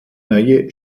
neue